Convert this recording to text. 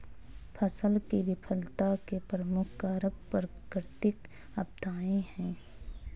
फसल की विफलता के प्रमुख कारक प्राकृतिक आपदाएं हैं